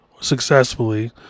successfully